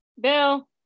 Bill